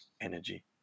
energy